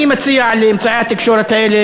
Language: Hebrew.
אני מציע לאמצעי התקשורת האלה,